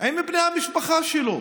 עם בני המשפחה שלו.